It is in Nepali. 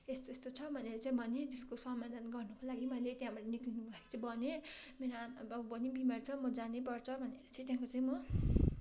यस्तो यस्तो छ भनेर चाहिँ भने त्यसको समाधान गर्नुको लागि मैले त्यहाँबाट निस्कनुको लागि चाहिँ भने मेरो आमा बाउ पनि बिमार छ म जानु पर्छ भनेर चाहिँ त्यहाँको चाहिँ म